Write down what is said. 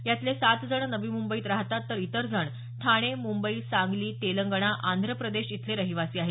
यातले सात जण नवी मुंबईत राहतात तर इतर जण ठाणे मुंबई सांगली तेलंगणा आंध्र प्रदेश इथले रहिवासी आहेत